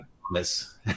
promise